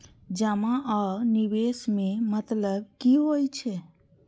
जमा आ निवेश में मतलब कि होई छै?